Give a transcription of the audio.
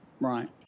Right